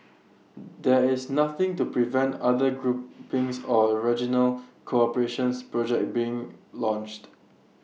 there is nothing to prevent other groupings or regional cooperation's projects being launched